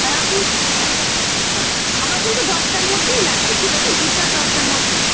আর আপনি আচ্ছা আচ্ছা আমার কিন্তু দশটার মধ্যেই লাগবে ঠিক আছে বুধবার দশটার মধ্যেই